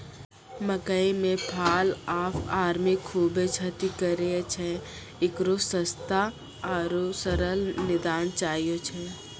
मकई मे fall of army खूबे क्षति करेय छैय, इकरो सस्ता आरु सरल निदान चाहियो छैय?